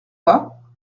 pas